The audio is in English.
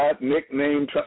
nickname